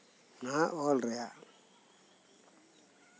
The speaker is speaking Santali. ᱚᱱᱟ ᱚᱞᱨᱮ